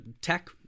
tech